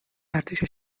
ارتش